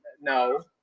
no